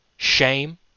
shame